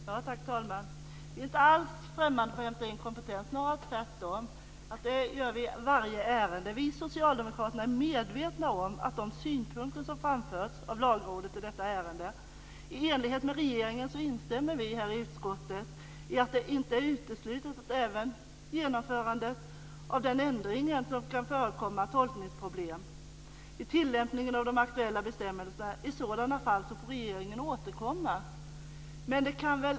Herr talman! Vi är inte alls främmande för att hämta in kompetens - snarare tvärtom; det gör vi i varje ärende. Vi socialdemokrater är medvetna om de synpunkter som framförts av Lagrådet i detta ärende. I enlighet med regeringen anser vi i utskottet att det inte är uteslutet att även genomförandet av den här ändringen kan föranleda tolkningsproblem vid tilllämpningen av de aktuella bestämmelserna. I så fall får regeringen återkomma.